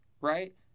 right